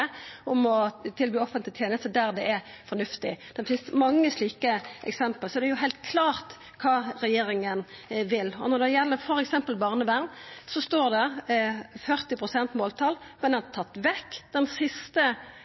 om å levere offentlig finansierte tjenester der det er fornuftig». Det finst mange slike eksempel, så det er heilt klart kva regjeringa vil. Når det gjeld f.eks. barnevern, står det «40 prosent» som måltal, men ein har tatt vekk det siste